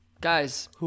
guys